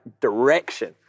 direction